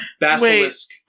Basilisk